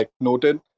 noted